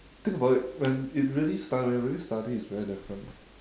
think about it when it really study when we really study is very different